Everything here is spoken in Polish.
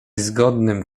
zgodnym